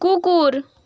কুকুর